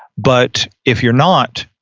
but if you're not,